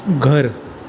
घर